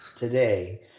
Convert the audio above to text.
today